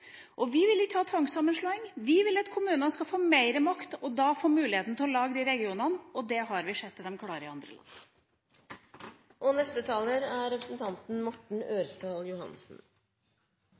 Vi vil ikke ha tvangssammenslåing, vi vil at kommunene skal få mer makt og da få muligheten til å lage de regionene. Det har vi sett at de klarer i andre